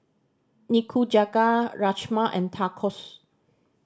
Nikujaga Rajma and Tacos